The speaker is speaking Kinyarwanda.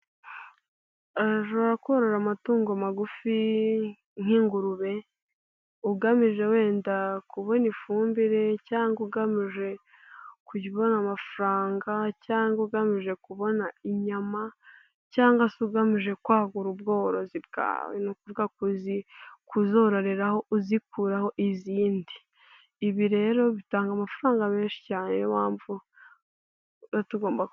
Ushobora korora amatungo magufi nk'ingurube ugamije wenda kubona ifumbire cyangwa ugamije kujya ubona amafaranga cyangwa ugamije kubona inyama cyangwa se ugamije kwagura ubworozi bwawe, ni ukuvuga kuzororeho uzikuraho izindi, ibi rero bitanga amafaranga menshi cyane, ni yo mpamvu tuba tugomba...